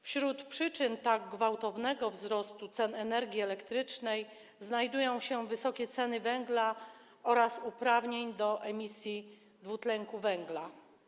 Wśród przyczyn tak gwałtownego wzrostu cen energii elektrycznej znajdują się wysokie ceny węgla oraz uprawnień do emisji dwutlenku węgla.